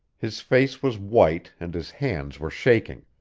his face was white and his hands were shaking.